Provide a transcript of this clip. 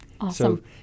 Awesome